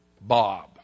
Bob